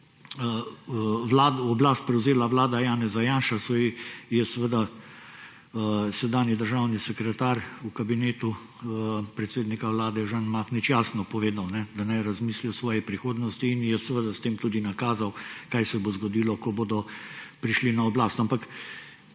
oblast prevzela vlada Janeza Janše, saj ji je seveda sedanji državni sekretar v Kabinetu predsednika Vlade Žan Mahnič jasno povedal, da naj razmisli o svoji prihodnosti in ji je seveda s tem tudi nakazal, kaj se bo zgodilo, ko bodo prišli na oblast.